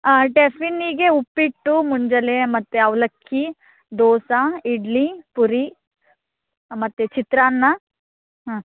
ಹಾಂ ಟೆಫೀನಿಗೆ ಉಪ್ಪಿಟ್ಟು ಮುಂಜಾನೆ ಮತ್ತು ಅವಲಕ್ಕಿ ದೋಸೆ ಇಡ್ಲಿ ಪೂರಿ ಹಾಂ ಮತ್ತು ಚಿತ್ರಾನ್ನ ಹಾಂ